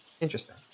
interesting